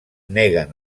neguen